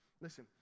Listen